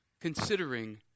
considering